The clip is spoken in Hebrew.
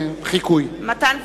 מתן וילנאי,